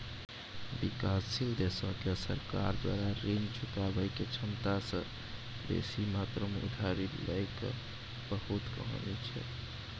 विकासशील देशो के सरकार द्वारा ऋण चुकाबै के क्षमता से बेसी मात्रा मे उधारी लै के बहुते कहानी छै